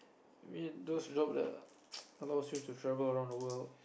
you mean those job that allows you to travel around the world